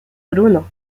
bruno